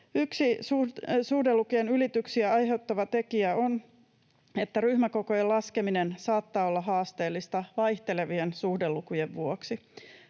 Yksi suhdelukujen ylityksiä aiheuttava tekijä on se, että ryhmäkokojen laskeminen saattaa olla haasteellista vaihtelevien suhdelukujen vuoksi.